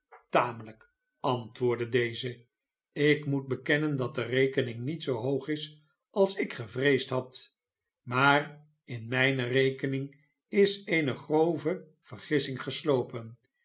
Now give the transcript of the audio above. tamelijk antwoordde deze ikmoetbekennen dat de rekening niet zoo hoog is als ik gevreesd had maar inmpe rekening is eene grove vergissing geslopen